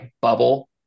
bubble